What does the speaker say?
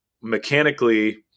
mechanically